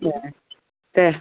एह दे